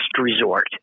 resort